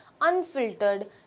unfiltered